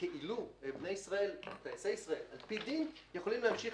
כאילו טייסי ישראל על פי דין יכולים להמשיך